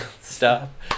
stop